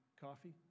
coffee